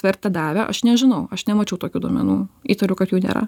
vertę davė aš nežinau aš nemačiau tokių duomenų įtariu kad jų nėra